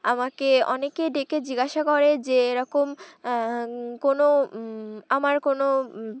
আমাকে অনেকে ডেকে জিজ্ঞাসা করে যে এরকম কোনো আমার কোনো